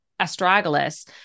astragalus